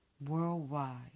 worldwide